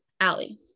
Allie